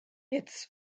its